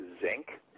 zinc